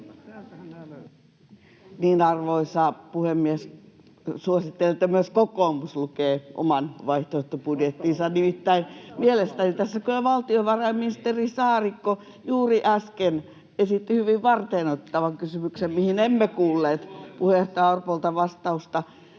Arvoisa puhemies! Suosittelen, että myös kokoomus lukee oman vaihtoehtobudjettinsa, nimittäin mielestäni tässä kyllä valtiovarainministeri Saarikko juuri äsken esitti hyvin varteenotettavan kysymyksen, [Timo Heinonen: Ei se